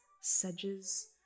sedges